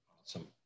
Awesome